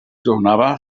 tornava